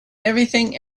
everything